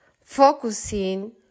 focusing